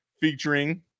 Featuring